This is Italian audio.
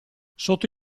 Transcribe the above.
sotto